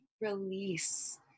release